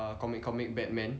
err comic comic batman